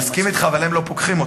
אני מסכים אתך, אבל הם לא פוקחים אותן.